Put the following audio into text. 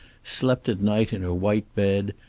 slept at night in her white bed,